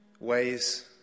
Ways